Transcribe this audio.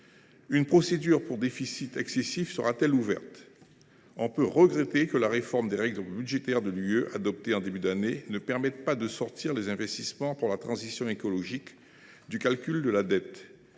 Une procédure pour déficit excessif sera t elle ouverte ? Nous pouvons regretter que la réforme des règles budgétaires de l’Union européenne adoptée en début d’année ne permette pas de sortir les investissements pour la transition écologique du calcul de la dette.